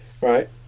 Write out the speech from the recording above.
Right